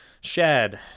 Shad